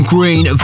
Green